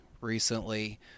recently